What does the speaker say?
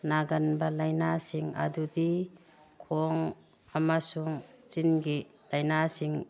ꯅꯥꯒꯟꯕ ꯂꯩꯅꯥꯁꯤꯡ ꯑꯗꯨꯗꯤ ꯈꯣꯡ ꯑꯃꯁꯨꯡ ꯆꯤꯟꯒꯤ ꯂꯩꯅꯥꯁꯤꯡ